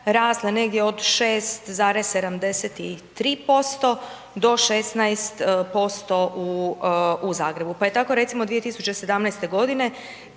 rasle negdje od 6,73% do 16% u Zagrebu. Pa je tako recimo 2017. godine